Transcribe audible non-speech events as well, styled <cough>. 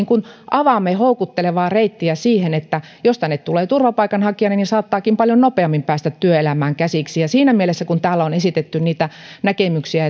avaamme houkuttelevaa reittiä siihen että jos tänne tulee turvapaikanhakijana niin saattaakin paljon nopeammin päästä työelämään käsiksi siinä mielessä kun täällä on esitetty niitä näkemyksiä <unintelligible>